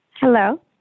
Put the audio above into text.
Hello